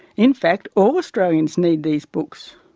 in fact all australians need these books.